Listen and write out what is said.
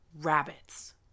rabbits